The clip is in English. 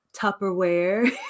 Tupperware